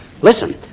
listen